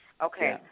Okay